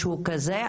משהו כזה.